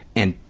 and,